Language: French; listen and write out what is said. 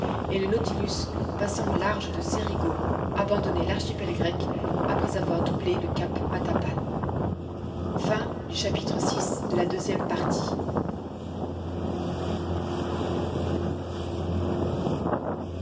et le nautilus passant au large de cerigo abandonnait l'archipel grec après avoir doublé le cap matapan vii